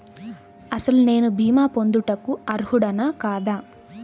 అసలు నేను భీమా పొందుటకు అర్హుడన కాదా?